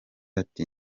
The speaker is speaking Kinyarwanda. ati